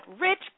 rich